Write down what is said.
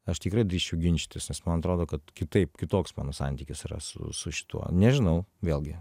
aš tikrai drįsčiau ginčytis nes man atrodo kad kitaip kitoks mano santykis yra su su šituo nežinau vėlgi